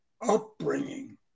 upbringing